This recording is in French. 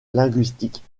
linguistiques